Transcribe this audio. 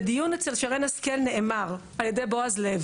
בדיון אצל שרן השכל נאמר על-ידי בועז לב